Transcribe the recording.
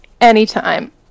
anytime